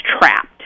trapped